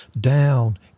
down